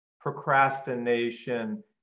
procrastination